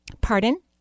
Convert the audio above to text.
Pardon